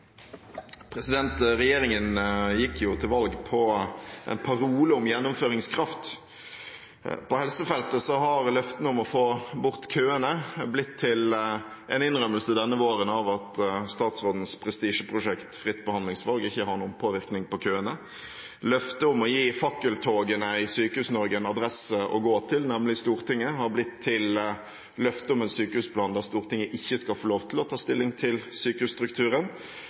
Regjeringen gikk til valg på en parole om gjennomføringskraft. På helsefeltet har løftene om å få bort køene blitt til en innrømmelse denne våren av at statsrådens prestisjeprosjekt fritt behandlingsvalg ikke har noen påvirkning på køene. Løftet om å gi fakkeltogene i Sykehus-Norge en adresse å gå til, nemlig Stortinget, har blitt til løftet om en sykehusplan der Stortinget ikke skal få lov til å ta stilling til sykehusstrukturen,